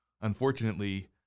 Unfortunately